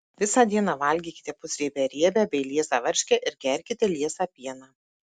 visą dieną valgykite pusriebę riebią bei liesą varškę ir gerkite liesą pieną